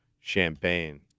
champagne